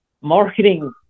marketing